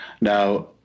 Now